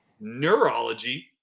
neurology